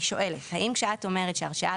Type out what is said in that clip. אני חושבת שצריך להפריד את העניין של הייזום.